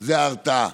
זאת הרתעה.